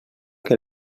que